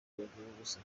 bagiruwubusa